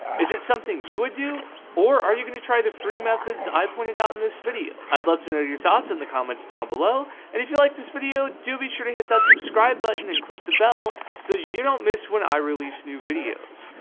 is it something you would do or are you going to try the free methods i pointed out in this video? i'd love to know your thoughts in the comments down below. and if you liked this video, do be sure to hit that subscribe button and click the bell so you don't miss when i release new videos.